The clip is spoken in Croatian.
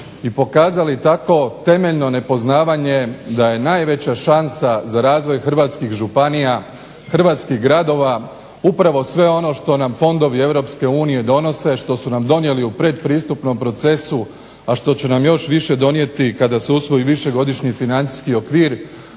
i pokazali tako temeljno nepoznavanje da je najveća šansa za razvoj hrvatskih županija, hrvatskih gradova upravo sve ono što nam fondovi EU donose, što su nam donijeli u pretpristupnom procesu, a što će nam još više donijeti kada se usvoji višegodišnji financijski okvir